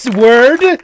word